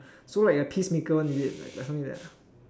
so like a peacemaker one is it something like that